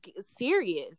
serious